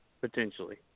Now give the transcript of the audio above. potentially